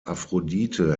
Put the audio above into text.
aphrodite